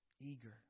eager